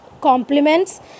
compliments